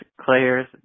Claire's